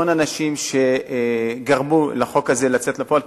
המון אנשים שגרמו לחוק הזה לצאת לפועל,